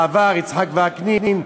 בעבר יצחק וקנין,